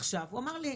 הוא אמר לי,